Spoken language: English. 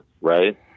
right